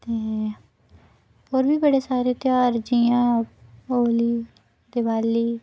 ते होर बी बड़े सारे ध्यार जि' यां होली दिवाली